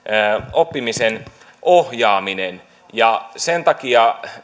oppimisen ohjaaminen ja sen takia